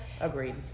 Agreed